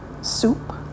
soup